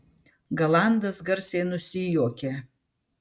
galandas garsiai nusijuokė